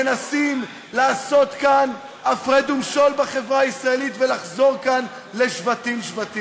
מנסים לעשות כאן הפרד ומשול בחברה הישראלית ולחזור כאן לשבטים-שבטים.